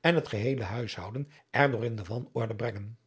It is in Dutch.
en het geheele huishouden er door in wanorde brengen